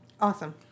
Awesome